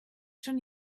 schon